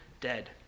dead